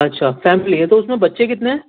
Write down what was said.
اچھا فیملی ہے تو اس میں بچے کتنے ہیں